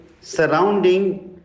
surrounding